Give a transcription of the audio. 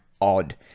odd